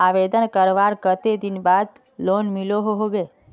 आवेदन करवार कते दिन बाद लोन मिलोहो होबे?